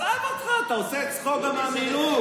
עזוב אותך, אתה עושה צחוק גם מהמינוי.